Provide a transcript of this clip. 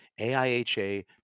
AIHA